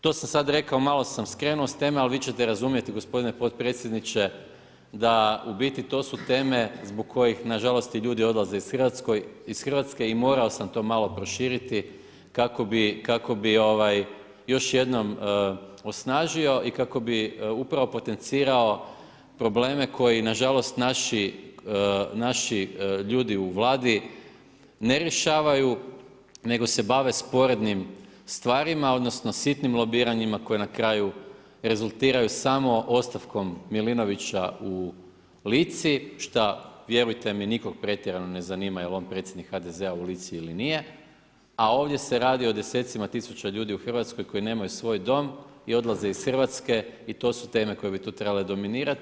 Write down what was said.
To sam sad rekao i malo sam skrenuo s teme, ali vi ćete razumjeti, gospodine potpredsjedniče da u biti, to su teme zbog kojih nažalost, ljudi i odlaze i RH i morao sam to malo proširiti kako bi još jednom osnažio i kako bi upravo potencirao probleme koji nažalost, naši ljudi u Vladi ne rješavaju, nego se bave sporednim stvarima, odnosno sitnim lobiranjima koja na kraju rezultiraju samo ostavkom Milinovića u Lici, što vjerujte mi, nikog pretjerano ne zanima jel on predsjednik HDZ-a u Lici ili nije, a ovdje se radi o desecima tisuća ljudi u RH koji nemaju svoj dom i odlaze iz RH i to su teme koje bi tu trebale dominirati.